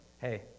Hey